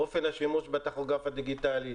אופן השימוש בטכוגרף הדיגיטלי,